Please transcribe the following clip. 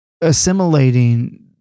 assimilating